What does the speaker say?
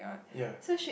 ya